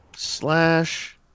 Slash